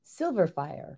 Silverfire